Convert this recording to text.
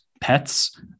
pets